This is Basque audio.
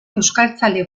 euskaltzale